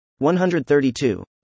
132